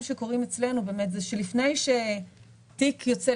שקורים אצלנו באמת זה שלפני שתיק יוצא,